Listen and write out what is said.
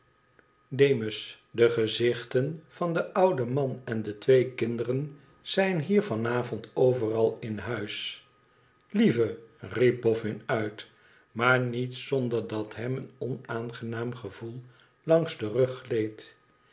deams de gezichten van deu ouden man en de twee kinderen zijn bier van avond overal in huis lieve riep boffin uit maar niet zonder dat hem een onaangenaam gevoel langs den rug gleed